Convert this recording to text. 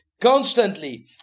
constantly